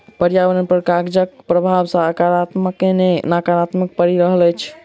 पर्यावरण पर कागजक प्रभाव साकारात्मक नै नाकारात्मक पड़ि रहल अछि